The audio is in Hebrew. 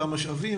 המשאבים